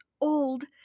old